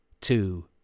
two